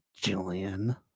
Jillian